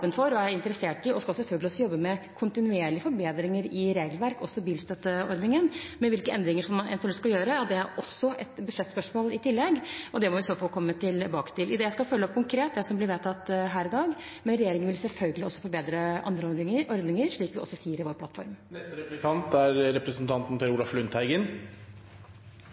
skal selvfølgelig jobbe med kontinuerlige forbedringer i regelverk, også bilstøtteordningen, men hvilke endringer man eventuelt skal gjøre, er i tillegg et budsjettspørsmål. Det må vi i så fall komme tilbake til. Jeg skal følge opp konkret det som blir vedtatt her i dag, men regjeringen vil selvfølgelig også forbedre andre ordninger, slik vi sier i vår plattform. Jeg er